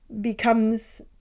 becomes